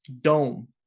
dome